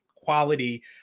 quality